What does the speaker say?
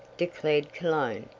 declared cologne,